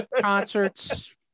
concerts